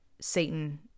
Satan